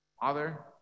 father